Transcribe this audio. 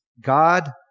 God